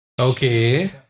Okay